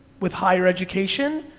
with higher education,